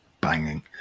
banging